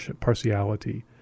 partiality